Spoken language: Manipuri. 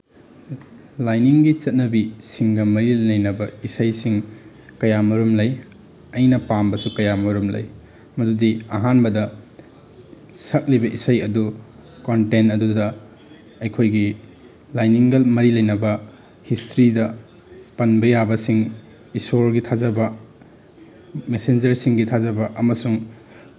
ꯂꯥꯏꯅꯤꯡꯒꯤ ꯆꯠꯅꯕꯤꯁꯤꯡꯒ ꯃꯔꯤ ꯂꯩꯅꯕ ꯏꯁꯩꯁꯤꯡ ꯀꯌꯥ ꯑꯃꯔꯣꯝ ꯂꯩ ꯑꯩꯅ ꯄꯥꯝꯕꯁꯨ ꯀꯌꯥ ꯑꯃꯔꯣꯝ ꯂꯩ ꯃꯗꯨꯗꯤ ꯑꯍꯥꯟꯕꯗ ꯁꯛꯂꯤꯕ ꯏꯁꯩ ꯑꯗꯨ ꯀꯣꯟꯇꯦꯟ ꯑꯗꯨꯗ ꯑꯩꯈꯣꯏꯒꯤ ꯂꯥꯏꯅꯤꯡꯒ ꯃꯔꯤ ꯂꯩꯅꯕ ꯍꯤꯁꯇ꯭ꯔꯤꯗ ꯄꯟꯕ ꯌꯥꯕꯁꯤꯡ ꯏꯁꯣꯔꯒꯤ ꯊꯥꯖꯕ ꯃꯦꯁꯦꯟꯖꯔꯁꯤꯡꯒꯤ ꯊꯥꯖꯕ ꯑꯃꯁꯨꯡ